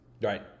Right